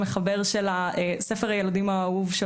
המחבר של הספר הילדים האהוב,